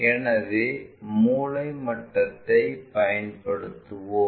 எனவே மூலை மட்டத்தை பயன்படுத்துவோம்